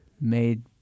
made